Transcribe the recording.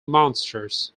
monsters